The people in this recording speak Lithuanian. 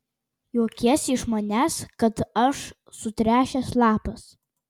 juokiesi iš manęs kad aš sutręšęs lapas